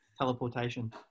Teleportation